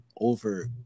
over